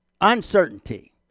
Uncertainty